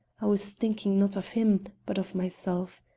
i was thinking not of him, but of myself.